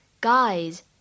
guys